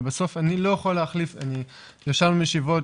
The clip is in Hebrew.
ובסוף אני לא יכול להחליף ישבנו בישיבות,